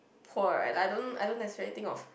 poor right like I don't I don't necessarily think of